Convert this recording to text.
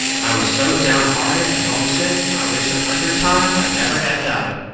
i was so down hearted and homesick i wished a hundred times i never had died.